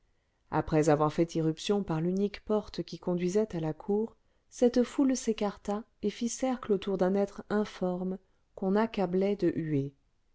après avoir fait irruption par l'unique porte qui conduisait à la cour cette foule s'écarta et fit cercle autour d'un être informe qu'on accablait de huées